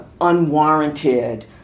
Unwarranted